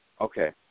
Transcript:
okay